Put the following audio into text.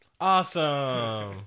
Awesome